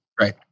Right